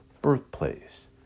birthplace